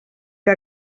que